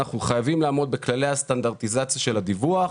אנחנו חייבים לעמוד בכללי הסטנדרטיזציה של הדיווח.